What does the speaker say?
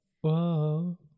whoa